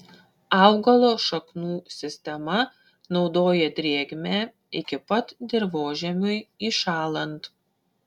augalo šaknų sistema naudoja drėgmę iki pat dirvožemiui įšąlant